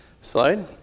slide